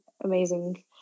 amazing